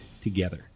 together